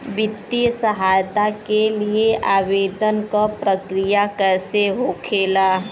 वित्तीय सहायता के लिए आवेदन क प्रक्रिया कैसे होखेला?